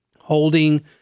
holding